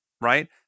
Right